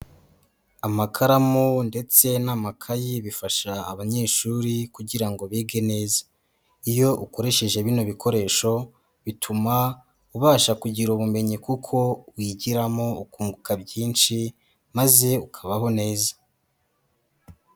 Amakaramu ndetse n'amakayi bifasha abanyeshuri kugira ngo bige neza. Iyo ukoresheje bino bikoresho, bituma ubasha kugira ubumenyi kuko wigiramo ukunguka byinshi, maze ukabaho neza.